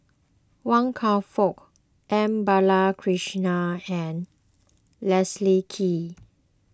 Wan Kam Fook M Balakrishnan and Leslie Kee